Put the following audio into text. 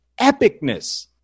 epicness